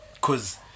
cause